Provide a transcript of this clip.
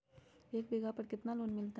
एक बीघा पर कितना लोन मिलता है?